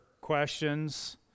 questions